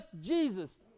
Jesus